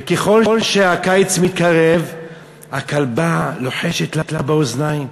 וככל שהקיץ מתקרב הכלבה לוחשת לה באוזניים: